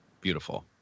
Beautiful